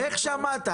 איך שמעת?